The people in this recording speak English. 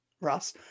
Ross